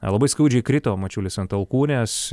labai skaudžiai krito mačiulis ant alkūnės